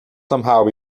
somehow